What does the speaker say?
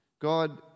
God